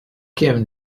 kim